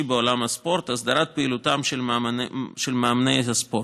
בעולם הספורט: הסדרת פעילותם של מאמני הספורט.